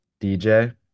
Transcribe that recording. DJ